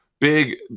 Big